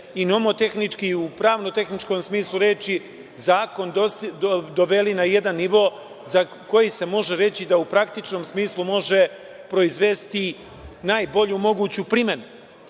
i nomotehnički i u pravno-tehničkom smislu reči zakon doveli na jedan nivo za koji se može reći da u praktičnom smislu može proizvesti najbolju moguću primenu. Ono